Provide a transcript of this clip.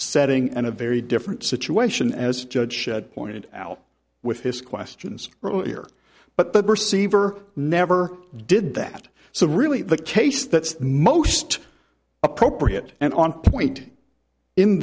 setting and a very different situation as judge pointed out with his questions earlier but the perceiver never did that so really the case that's most appropriate and on point in